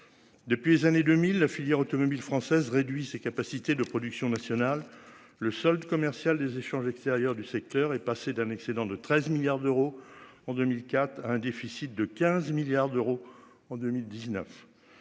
Depuis les années 2000, la filière automobile française réduit ses capacités de production nationale, le solde commercial des échanges extérieurs du secteur est passée d'un excédent de 13 milliards d'euros en 2004 à un déficit de 15 milliards d'euros en 2019.